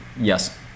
Yes